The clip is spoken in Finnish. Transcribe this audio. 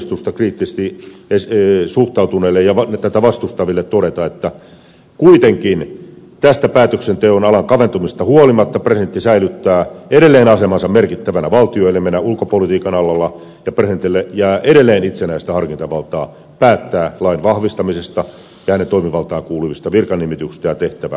esitykseen kriittisesti suhtautuneille ja tätä vastustaville todeta että kuitenkin tästä päätöksenteon alan kaventumisesta huolimatta presidentti säilyttää edelleen asemansa merkittävänä valtioelimenä ulkopolitiikan alalla ja presidentille jää edelleen itsenäistä harkintavaltaa päättää lain vahvistamisesta ja hänen toimivaltaansa kuuluvista virkanimityksistä ja tehtävään määräämisistä